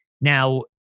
Now